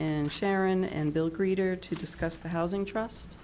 and sharon and bill greeter to discuss the housing trust